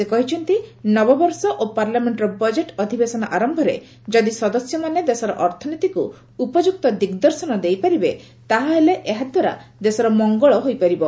ସେ କହିଛନ୍ତି ନବବର୍ଷ ଓ ପାର୍ଲାମେଣ୍ଟର ବଜେଟ୍ ଅଧିବେଶନ ଆରମ୍ଭରେ ଯଦି ସଦସ୍ୟମାନେ ଦେଶର ଅର୍ଥନୀତିକ୍ ଉପଯୁକ୍ତ ଦିଗଦର୍ଶନ ଦେଇପାରିବେ ତାହେଲେ ଏହାଦ୍ୱାରା ଦେଶର ମଙ୍ଗଳ ହୋଇପାରିବ